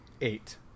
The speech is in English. Eight